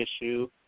issue